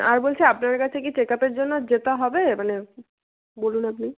আর বলছি আপনাদের কাছে কি চেক আপের জন্য আর যেতে হবে মানে বলুন আপনি